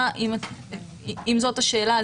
אם זו השאלה,